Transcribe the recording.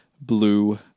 blue